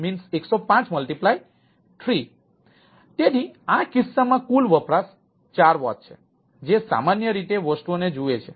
તેથી આ કિસ્સામાં કુલ વપરાશ 4 વોટ છે જે સામાન્ય રીતે વસ્તુઓ ને જુએ છે